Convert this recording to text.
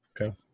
Okay